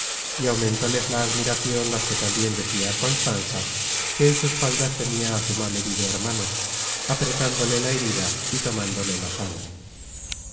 y aumentóles la admiracion las que tambien decia constanza que en sus faldas tenia á su mal herido hermano apretándole la herida y tomándole la sangre